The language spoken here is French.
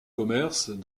commerces